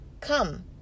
come